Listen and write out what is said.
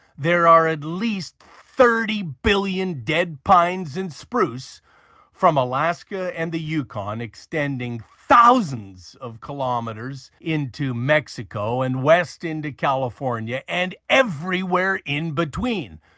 there are at least thirty billion dead pines and spruce from alaska and the yukon extending thousands of kilometres into mexico and west into california, and everywhere in between.